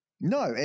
No